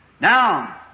Now